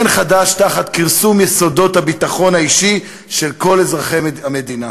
אין חדש תחת כרסום יסודות הביטחון האישי של כל אזרחי המדינה.